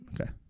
Okay